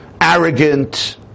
arrogant